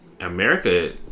america